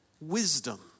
wisdom